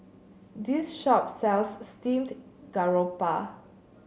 this shop sells Steamed Garoupa